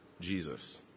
Jesus